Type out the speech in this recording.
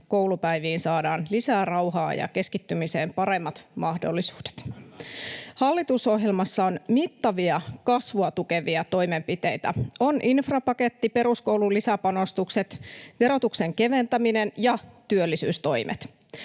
koulupäiviin saadaan lisää rauhaa ja keskittymiseen paremmat mahdollisuudet. Hallitusohjelmassa on mittavia kasvua tukevia toimenpiteitä: on infrapaketti, peruskoulun lisäpanostukset, verotuksen keventäminen ja työllisyystoimet.